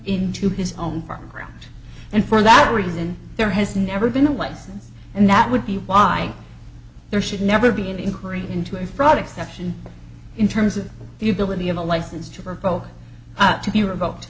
into his own party ground and for that reason there has never been a license and that would be why there should never be an inquiry into a fraud exception in terms of the ability of a license to revoke up to be revoked